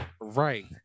right